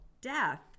death